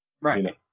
Right